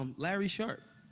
um larry sharpe.